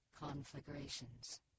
conflagrations